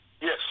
Yes